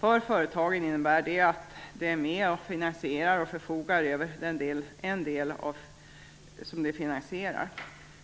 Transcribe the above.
För företagen innebär det att de är med och finansierar och förfogar över den del de finansierar.